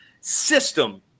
system